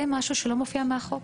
זה משהו שלא מופיע בחוק.